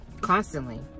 constantly